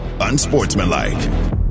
Unsportsmanlike